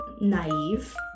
naive